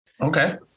Okay